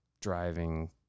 driving